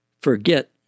Forget